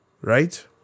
right